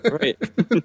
Right